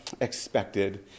expected